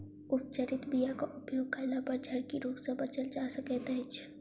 उपचारित बीयाक उपयोग कयलापर झरकी रोग सँ बचल जा सकैत अछि